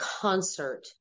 concert